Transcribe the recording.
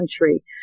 country